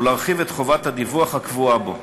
ולהרחיב את חובת הדיווח הקבועה בו.